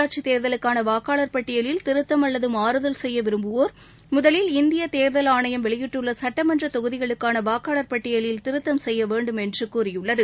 உள்ளாட்சி தேர்தலுக்கான வாக்காளர் பட்டியலில் திருத்தம் அல்லது மாறுதல் செய்ய விரும்புவோர் முதலில் இந்திய தேர்தல் ஆனையம் வெளியிட்டுள்ள சட்டமன்ற தொகுதிகளுக்னாள வாக்காளர் பட்டியலில் திருத்தம் செய்ய வேண்டும் என்று கூறியுள்ளது